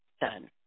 done